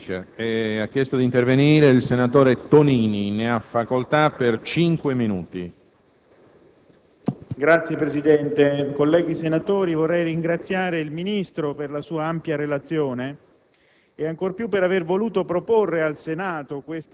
Credo che questo potrebbe essere un terreno favorevole sul quale spostare la discussione fra le varie anime del Governo, trovando la possibilità di una mediazione. Altrimenti c'è il rischio che questa guerra in Afghanistan passi alla storia come un grande crimine contro l'umanità.